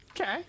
Okay